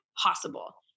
possible